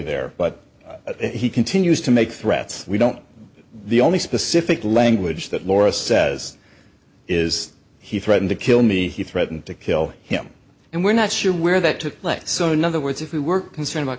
there but he continues to make threats we don't the only specific language that laura says is he threatened to kill me he threatened to kill him and we're not sure where that took place so in other words if we were concerned about